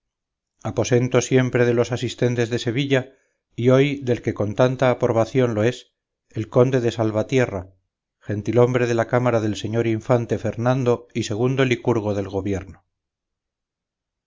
aposento siempre de los asistentes de sevilla y hoy del que con tanta aprobación lo es el conde de salvatierra gentilhombre de la cámara del señor infante fernando y segundo licurgo del gobierno